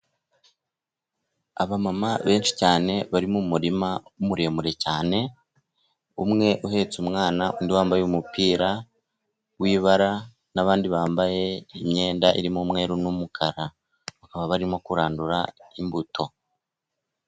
Abamama benshi cyane bari mu murima muremure cyane, umwe uhetse umwana undi wambaye umupira w'ibara, n'abandi bambaye imyenda irimo umweru n'umukara, bakaba barimo kurandura imbuto.